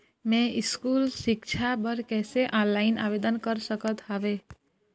मैं स्कूल सिक्छा बर कैसे ऑनलाइन आवेदन कर सकत हावे?